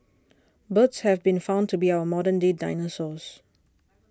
birds have been found to be our modern day dinosaurs